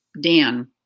Dan